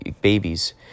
babies